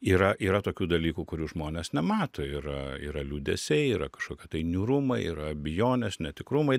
yra yra tokių dalykų kurių žmonės nemato yra yra liūdesiai yra kažkokie tai niūrumai yra abejonės netikrumai